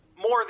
More